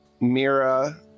Mira